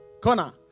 Connor